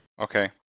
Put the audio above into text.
Okay